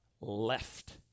left